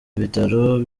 ibitaro